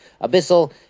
abyssal